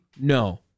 No